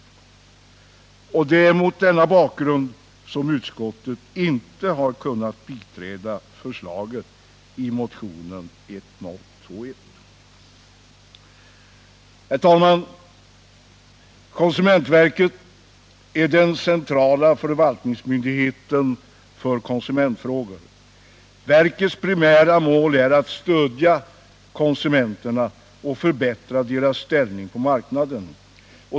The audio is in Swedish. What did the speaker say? Det är mot denna bakgrund som utskottet inte kunnat biträda förslaget i motionen 1021. Herr talman! Konsumentverket är den centrala förvaltningsmyndigheten för konsumentfrågor. Verkets primära mål är att stödja konsumenterna och förbättra deras ställning på marknaden.